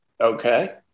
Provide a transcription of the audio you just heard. okay